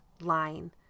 line